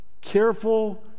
careful